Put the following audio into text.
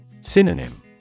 Synonym